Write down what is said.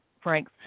Frank